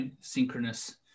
synchronous